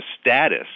status